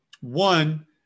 One